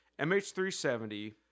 MH370